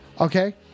Okay